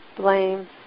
blame